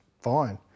fine